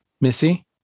Missy